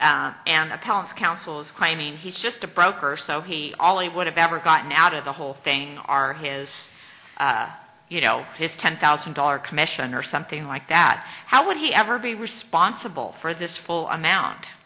so and the palace councils claiming he's just a broker so he only would have ever gotten out of the whole thing are his you know his ten thousand dollar commission or something like that how would he ever be responsible for this full amount